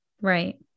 Right